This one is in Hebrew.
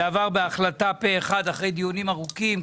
זה עבר בהחלטה פה אחד אחרי דיונים ארוכים,